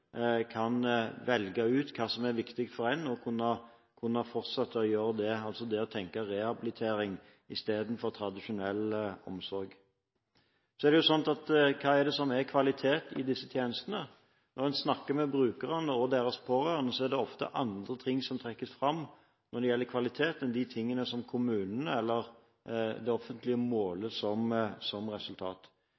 kan velge ut hva som er viktig for en og kunne fortsette å gjøre det – altså å tenke rehabilitering istedenfor tradisjonell omsorg. Hva er det så som er kvalitet i disse tjenestene? Når en snakker med brukerne og deres pårørende, er det ofte andre ting som trekkes fram når det gjelder kvalitet, enn de tingene som kommunene eller det offentlige